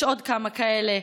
יש עוד כמה כאלה,